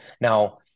now